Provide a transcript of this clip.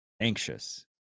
anxious